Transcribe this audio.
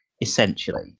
essentially